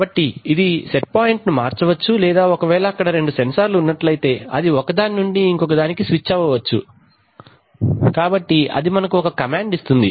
కాబట్టి ఇది set point ను మార్చవచ్చు లేదా ఒకవేళ అక్కడ రెండు సెన్సార్లు ఉన్నట్లయితే అది ఒక దాని నుంచి ఇంకొక దానికి స్విచ్ అవ్వచ్చు కాబట్టి అది మనకు ఒక కమాండ్ ఇస్తుంది